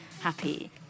happy